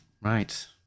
right